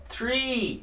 Three